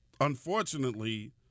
unfortunately